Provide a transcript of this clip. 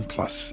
Plus